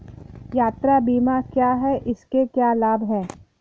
यात्रा बीमा क्या है इसके क्या लाभ हैं?